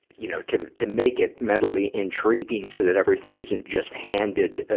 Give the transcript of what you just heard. you know, to, to make it mentally intriguing, so that everything isn't just handed, ah,